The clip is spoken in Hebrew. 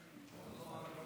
נתקבלה.